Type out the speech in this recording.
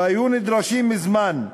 והיו נדרשים מזמן,